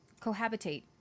cohabitate